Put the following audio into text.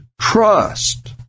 trust